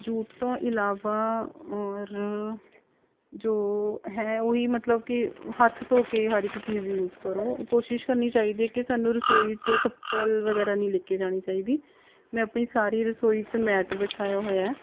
ਜੂਠ ਤੋਂ ਇਲਾਵਾ ਔਰ ਜੋ ਹੈ ਓਹੀ ਮਤਲਬ ਕਿ ਹੱਥ ਧੋ ਕੇ ਹਰ ਇੱਕ ਚੀਜ਼ ਯੂਜ ਕਰੋ ਕੋਸ਼ਿਸ਼ ਕਰਨੀ ਚਾਹੀਦੀ ਹੈ ਕਿ ਸਾਨੂੰ ਰਸੋਈ 'ਚ ਚੱਪਲ ਵਗੈਰਾ ਨਹੀਂ ਲੈ ਕੇ ਜਾਣੀ ਚਾਹੀਦੀ ਮੈਂ ਆਪਣੀ ਸਾਰੀ ਰਸੋਈ 'ਚ ਮੈਟ ਵਿਛਾਇਆ ਹੋਇਆ